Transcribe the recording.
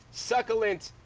succulent,